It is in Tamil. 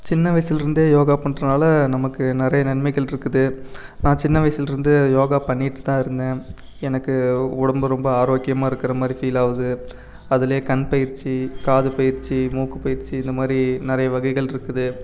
சின்ன வயசுலருந்தே யோகா பண்ணுறனால நமக்கு நிறைய நன்மைகள் இருக்குது நான் சின்ன வயசுலருந்தே யோகா பண்ணிகிட்டு தான் இருந்தேன் எனக்கு உடம்பு ரொம்ப ஆரோக்கியமாக இருக்கிற மாதிரி ஃபீலாகுது அதுல கண் பயிற்சி காது பயிற்சி மூக்கு பயிற்சி இந்த மாதிரி நிறைய வகைகள் இருக்குது